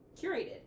curated